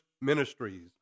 Ministries